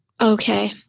okay